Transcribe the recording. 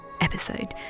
episode